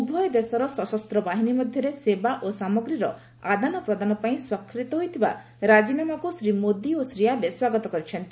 ଉଭୟ ଦେଶର ସଶସ୍ତ ବାହିନୀ ମଧ୍ୟରେ ସେବା ଓ ସାମଗ୍ରୀର ଆଦାନପ୍ରଦାନ ପାଇଁ ସ୍ୱାକ୍ଷରିତ ହୋଇଥିବା ରାଜିନାମାକୁ ଶ୍ରୀ ମୋଦୀ ଓ ଶ୍ରୀ ଆବେ ସ୍ୱାଗତ କରିଛନ୍ତି